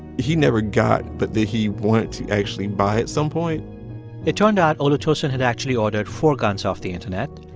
he never got but that he wanted to actually buy at some point it turned out olutosin had actually ordered four guns off the internet,